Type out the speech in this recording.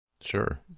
Sure